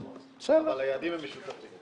נכון, אבל היעדים הם משותפים.